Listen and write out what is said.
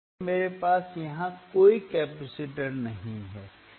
इसलिए मेरे पास यहां कोई कैपेसिटर नहीं है